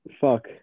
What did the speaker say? Fuck